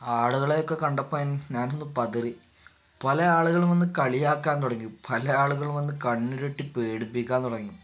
ആളുകളെയൊക്കെ കണ്ടപ്പോൾ ഞാനൊന്ന് പതറി പല ആളുകൾ വന്ന് കളിയാക്കാൻ തുടങ്ങി പല ആളുകൾ വന്ന് കണ്ണുരുട്ടി പേടിപ്പിക്കാൻ തുടങ്ങി